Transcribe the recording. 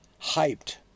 hyped